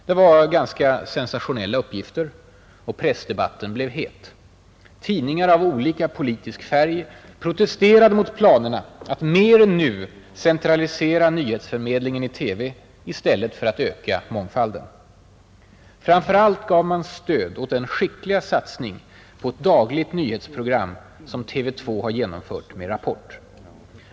Det var ganska sensationella uppgifter, och pressdebatten blev het. Tidningar av olika politisk färg protesterade mot planerna att mer än nu centralisera nyhetsförmedlingen i TV i stället för att öka mångfalden. Framför allt gav man stöd åt den skickliga satsning på ett eget dagligt nyhetsprogram som TV 2 har genomfört genom Rapport.